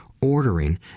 ordering